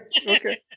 Okay